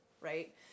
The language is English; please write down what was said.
Right